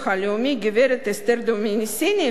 הגברת אסתר דומיניסיני, היתה